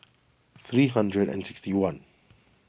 three hundred and sixty one